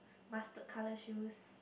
mustard colour shoe